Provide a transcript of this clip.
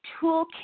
Toolkit